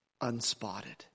unspotted